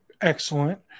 excellent